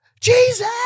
Jesus